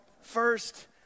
first